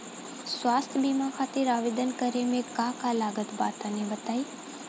स्वास्थ्य बीमा खातिर आवेदन करे मे का का लागत बा तनि बताई?